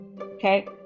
Okay